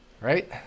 right